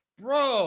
bro